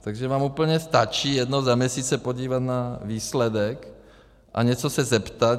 Takže vám úplně stačí jednou za měsíc se podívat na výsledek a něco se zeptat.